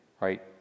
right